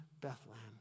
Bethlehem